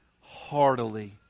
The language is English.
heartily